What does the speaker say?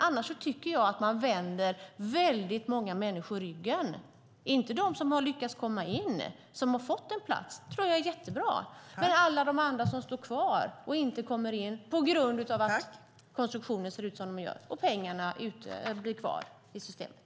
Annars vänder man väldigt många människor ryggen, inte de som har lyckats komma in och har fått en plats - det är jättebra - men alla de andra som står kvar och inte kommer in på grund av att konstruktionen ser ut som den gör och att pengarna blir kvar i systemet.